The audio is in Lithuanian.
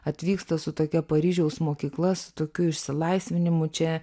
atvyksta su tokia paryžiaus mokykla su tokiu išsilaisvinimu čia